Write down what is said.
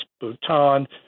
Bhutan